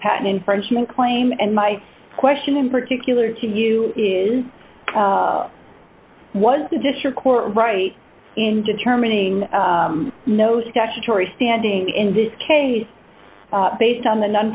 patent infringement claim and my question in particular to you is what is the district court right in determining no statutory standing in this case based on the non